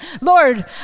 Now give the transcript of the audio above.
Lord